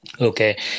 Okay